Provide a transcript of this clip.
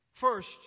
First